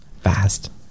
fast